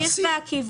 זה התאריך והכיוון.